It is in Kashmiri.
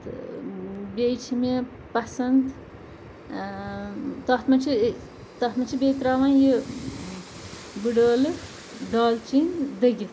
تہٕ بیٚیہِ چھِ مےٚ پَسَند تَتھ منٛز چھِ تَتھ منٛز چھِ بیٚیہِ ترٛاوان یہِ بٕڈٕ عٲلہٕ دالچیٖن دٔگِتھ